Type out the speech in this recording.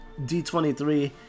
D23